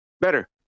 better